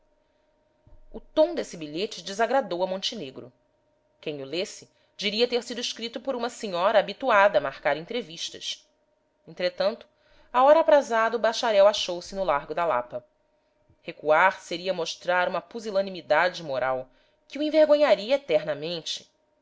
o tom desse bilhete desagradou a montenegro quem o lesse diria ter sido escrito por uma senhora habituada a marcar entrevistas entretanto à hora aprazada o bacharel achou-se no largo da lapa recuar seria mostrar uma pusilanimidade moral que o envergonharia eternamente